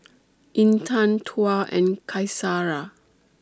Intan Tuah and Qaisara